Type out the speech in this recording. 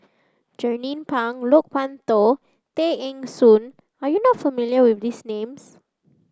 Jernnine Pang Loke Wan Tho Tay Eng Soon are you not familiar with these names